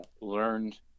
learned